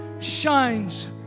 shines